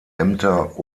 ämter